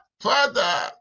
father